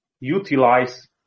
utilize